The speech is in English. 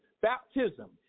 baptism